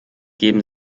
geben